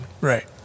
right